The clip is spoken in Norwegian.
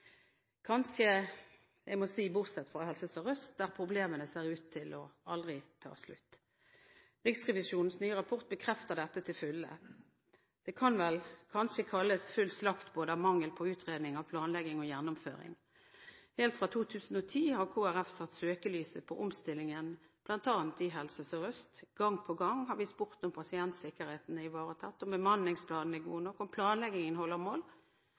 kanskje jeg må si bortsett fra Helse Sør-Øst, der problemene ser ut til aldri å ta slutt. Riksrevisjonens nye rapport bekrefter dette til fulle. Det kan vel kanskje kalles full slakt av både mangel på utredninger, planlegging og gjennomføring. Helt fra 2010 har Kristelig Folkeparti satt søkelyset på omstillingen bl.a. i Helse Sør-Øst. Gang på gang har vi spurt om pasientsikkerheten er ivaretatt, om bemanningsplanen er god nok, og om planleggingen holder mål.